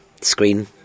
screen